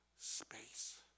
space